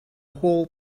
whole